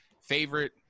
favorite